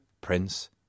prince